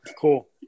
cool